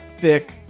thick